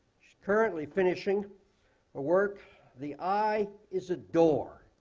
currently finishing her work the eye is a door,